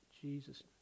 Jesus